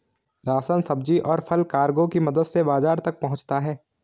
ration, सब्जी, और फल कार्गो की मदद से बाजार तक पहुंचता है